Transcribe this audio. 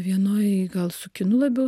vienoj gal su kinu labiau